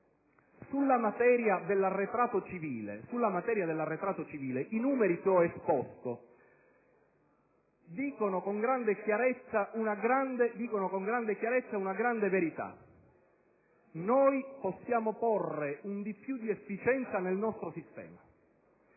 sulla materia dell'arretrato civile i numeri che ho esposto dicono con evidente chiarezza una grande verità: noi possiamo fare in modo che vi sia maggiore efficienza nel nostro sistema